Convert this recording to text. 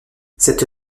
cette